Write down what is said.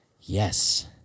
Yes